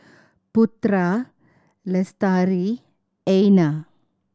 Putra Lestari Aina